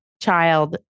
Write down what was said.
Child